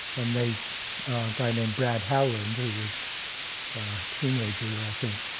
and a guy named brad howland, who was a teenager, i think,